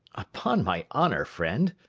upon my honour, friend,